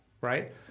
right